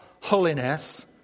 holiness